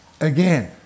again